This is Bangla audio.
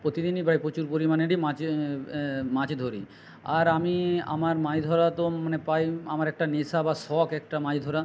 প্রতিদিনই প্রায় প্রচুর পরিমাণেরই মাছের মাছ ধরি আর আমি আমার মাছ ধরা তো মানে প্রায় আমার একটা নেশা বা শখ একটা মাছ ধরা